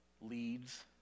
leads